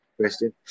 question